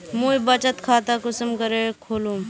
मुई बचत खता कुंसम करे खोलुम?